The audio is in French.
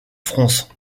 france